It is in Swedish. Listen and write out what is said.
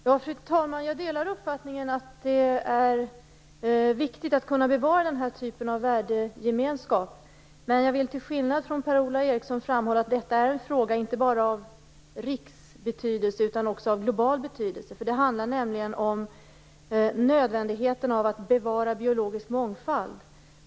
Fru talman! Jag delar uppfattningen att det är viktigt att bevara den här typen av värdegemenskap. Men till skillnad från Per-Ola Eriksson vill jag framhålla att detta är en fråga inte bara av riksbetydelse utan också av global betydelse. Det handlar nämligen om nödvändigheten av att bevara biologisk mångfald.